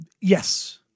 Yes